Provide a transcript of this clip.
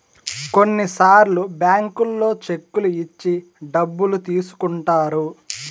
కొన్నిసార్లు బ్యాంకుల్లో చెక్కులు ఇచ్చి డబ్బులు తీసుకుంటారు